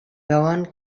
veuen